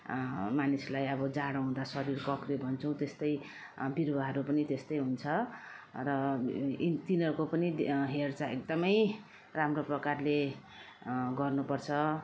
मानिसलाई अब जाडो हुँदा शरीर कक्रियो भन्छौँ त्यस्तै बिरुवाहरू पनि त्यस्तै हुन्छ र ती तिनीहरूको हेरचाह एकदम राम्रो प्रकारले गर्नु पर्छ